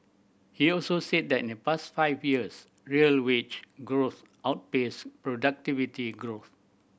he also said that in the past five years real wage growth outpaced productivity growth